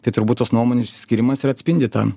tai turbūt tos nuomonių išsiskyrimas ir atspindi tą